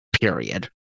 period